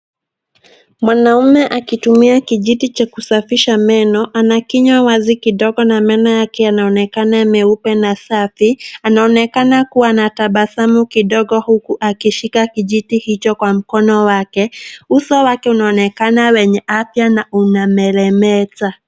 Mwanaume akitumia kijiti cha kusafisha meno, ana kinywa wazi kidogo na meno yake yanaonekana meupe na safi. Anaonekana kuwa na tabasamu kidogo huku akishika kijiti hicho kwa mkono wake. Uso wake unaonekana wenye afya na unameremeta.